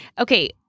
Okay